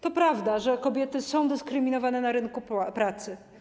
To prawda, że kobiety są dyskryminowane na rynku pracy.